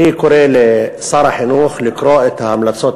אני קורא לשר החינוך לקרוא את ההמלצות